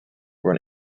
were